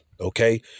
Okay